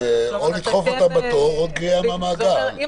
בצורך שלו